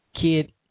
kid